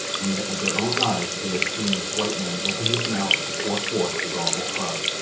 and yet with their own eyes they had seen this white man open his mouth to pour forth his awful cry.